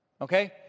Okay